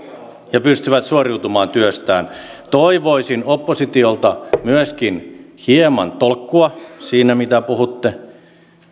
ja pystyvät suoriutumaan työstään toivoisin oppositiolta myöskin hieman tolkkua siinä mitä puhutte minä